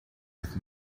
with